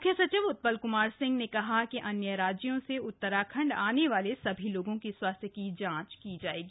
मुख्य सचिव उत्पल क्मार सिंह ने कहा कि अन्य राज्यों से उत्तराखंड आने वाले सभी लोगों की स्वास्थ्य की जांच की जाएगी